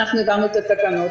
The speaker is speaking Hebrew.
אנחנו העברנו את התקנות.